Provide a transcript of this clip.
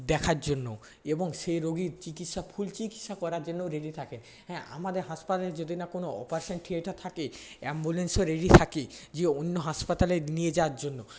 দেখার জন্য এবং সেই রোগীর চিকিৎসা ফুল চিকিৎসা করার জন্যও রেডি থাকে হ্যাঁ আমাদের হাসপাতালে যদি না কোন অপারেশন থিয়েটার থাকে অ্যাম্বুলেন্সও রেডি থাকে যে অন্য হাসপাতালে নিয়ে যাওয়ার জন্য